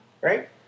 Right